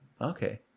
Okay